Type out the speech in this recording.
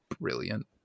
brilliant